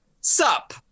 sup